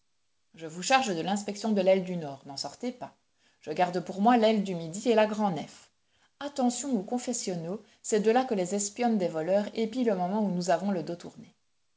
je vous charge de l'inspection de l'aile du nord n'en sortez pas je garde pour moi l'aile du midi et la grand'nef attention aux confessionnaux c'est de là que les espionnes des voleurs épient le moment où nous avons le dos tourné